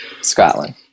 Scotland